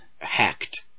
Hacked